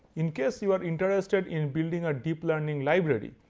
in case you are interested in building a deep learning library,